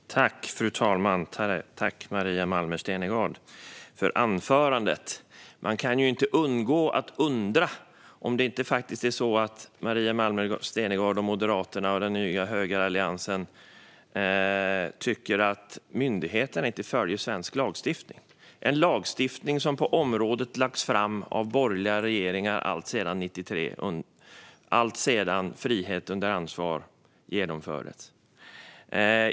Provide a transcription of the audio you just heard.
Fru talman! Tack för anförandet, Maria Malmer Stenergard! Jag kan faktiskt inte låta bli att undra om Maria Malmer Stenergard, Moderaterna och den nya högeralliansen tycker att myndigheterna inte följer svensk lagstiftning - lagstiftning som har lagts fram på det här området av borgerliga regeringar alltsedan principen om frihet under ansvar genomfördes.